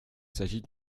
s’agit